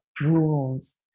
rules